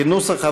כנוסח הוועדה,